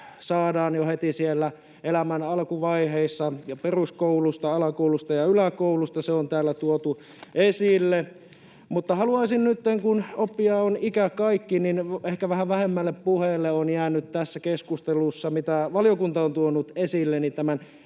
saadaan jo heti siellä elämän alkuvaiheissa peruskoulusta, alakoulusta ja yläkoulusta — se on täällä tuotu esille. Mutta haluaisin nytten, kun oppia on ikä kaikki, todeta, että ehkä vähän vähemmälle puheelle on jäänyt tässä keskustelussa se, mitä valiokunta on tuonut esille, eli tämä